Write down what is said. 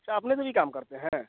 अच्छा अपने भी यही काम करते हैं